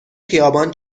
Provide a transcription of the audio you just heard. خیابان